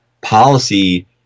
policy